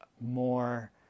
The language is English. more